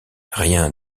rien